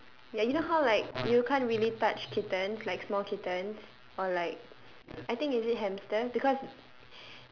ya you know how like you can't really touch kittens like small kittens or like I think is it hamsters because